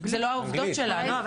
זה לא העובדות שלנו.